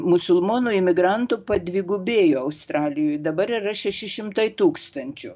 musulmonų imigrantų padvigubėjo australijoj dabar yra šeši šimtai tūkstančių